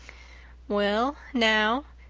well now,